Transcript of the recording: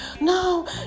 no